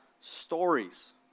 stories